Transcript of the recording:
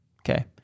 Okay